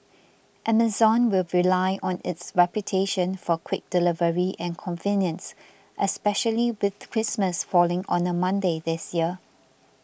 Amazon will rely on its reputation for quick delivery and convenience especially with Christmas falling on a Monday this year